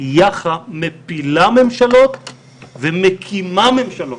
מפילה ממשלות ומקימה ממשלות.